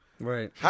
Right